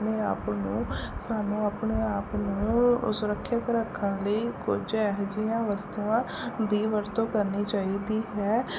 ਆਪਣੇ ਆਪ ਨੂੰ ਸਾਨੂੰ ਆਪਣੇ ਆਪ ਨੂੰ ਸੁਰੱਖਿਅਤ ਰੱਖਣ ਲਈ ਕੁਝ ਇਹੋ ਜਿਹੀਆਂ ਵਸਤੂਆਂ ਦੀ ਵਰਤੋਂ ਕਰਨੀ ਚਾਹੀਦੀ ਹੈ